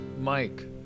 Mike